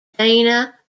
dana